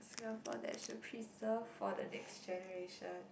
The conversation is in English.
Singapore should preserve for the next generation